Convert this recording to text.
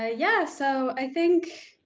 ah yeah so i think,